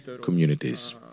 communities